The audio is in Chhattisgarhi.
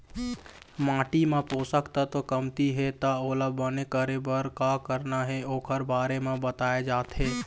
माटी म पोसक तत्व कमती हे त ओला बने करे बर का करना हे ओखर बारे म बताए जाथे